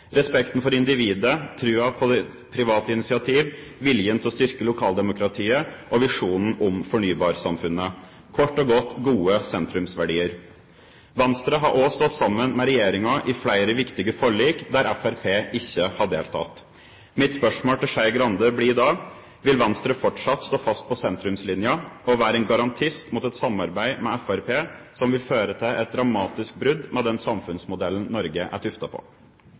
Respekten for individet, troen på det private initiativ, viljen til å styrke lokaldemokratiet og visjonen om fornybarsamfunnet – kort og godt gode sentrumsverdier. Venstre har også stått sammen med regjeringen i flere viktige forlik, der Fremskrittspartiet ikke har deltatt. Mitt spørsmål til Skei Grande blir da: Vil Venstre fortsatt stå fast på sentrumslinja og være en garantist mot et samarbeid med Fremskrittspartiet, som vil føre til et dramatisk brudd med den samfunnsmodellen Norge er tuftet på?